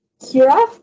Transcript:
Kira